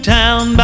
town